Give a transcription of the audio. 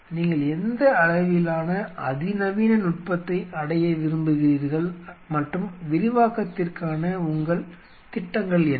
நீங்கள் எந்த அளவிலான அதிநவீன நுட்பத்தை அடைய விரும்புகிறீர்கள் மற்றும் விரிவாக்கத்திற்கான உங்கள் திட்டங்கள் என்ன